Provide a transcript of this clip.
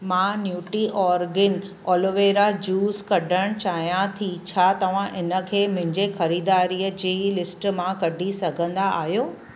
मां न्यूटी ऑर्गन ऑलोवेरा जूस कढणु चाहियां थी छा तव्हां इनखे मुंहिंजे ख़रीदारीअ जी लिस्ट मां कढी सघंदा आहियो